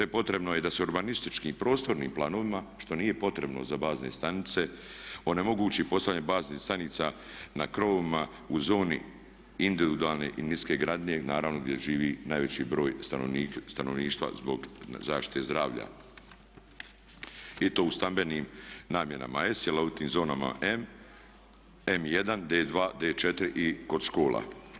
Te potrebno je da se urbanističkim prostornim planovima što nije potrebno za bazne stanice onemogući postavljanje baznih stanica na krovovima u zoni individualne industrijske gradnje, naravno gdje živi najveći broj stanovništva zbog zaštite zdravlja i to u stambenim namjenama, … cjelovitim zonama M, M1, D2, D4 i kod škola.